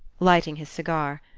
lighting his cigar.